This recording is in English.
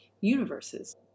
universes